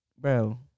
bro